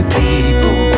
people